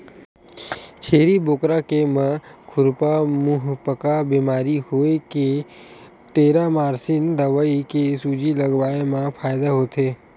छेरी बोकरा के म खुरपका मुंहपका बेमारी के होय ले टेरामारसिन दवई के सूजी लगवाए मा फायदा होथे